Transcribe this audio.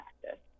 practice